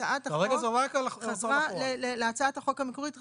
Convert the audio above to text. הצעת החוק חזרה להצעת החוק המקורית,